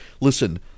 Listen